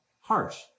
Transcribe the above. harsh